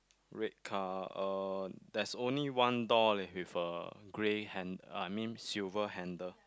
red car uh there's only one door leh with a grey hand~ I mean silver handle